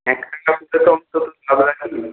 এক টাকা অন্তত